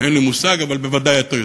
אין לי מושג, אבל בוודאי אתה יודע.